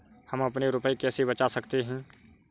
हम अपने रुपये कैसे बचा सकते हैं?